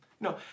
No